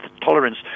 tolerance